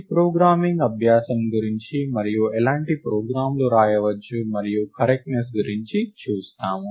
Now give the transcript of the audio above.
ఈ ప్రోగ్రామింగ్ అభ్యాసం గురించి మరియు ఎలాంటి ప్రోగ్రామ్లు వ్రాయవచ్చు మరియు కరెక్ట్నెస్ గురించి చూస్తాము